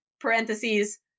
parentheses